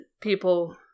people